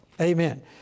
Amen